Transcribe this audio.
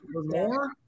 more